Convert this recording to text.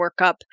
workup